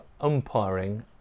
umpiring